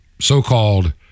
so-called